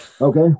okay